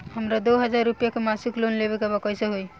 हमरा दो हज़ार रुपया के मासिक लोन लेवे के बा कइसे होई?